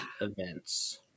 events